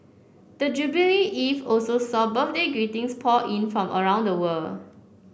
the jubilee eve also saw birthday greetings pour in from around the world